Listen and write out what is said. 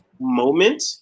moment